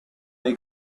dei